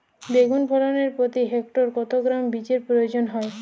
বেগুন ফলনে প্রতি হেক্টরে কত গ্রাম বীজের প্রয়োজন হয়?